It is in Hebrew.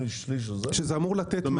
שזה אמור לתת מענה.